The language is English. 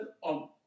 on